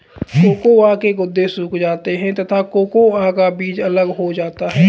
cocoa के गुदे सूख जाते हैं तथा कोकोआ का बीज अलग हो जाता है